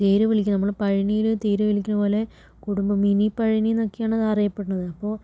തേരു വലിക്കും നമ്മൾ പഴനിയിൽ തേര് വലിക്കണ പോലെ കുടുംബ മിനി പഴനി എന്നൊക്കെയാണ് അത് അറിയപ്പെടണത് അപ്പോൾ